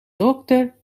dokter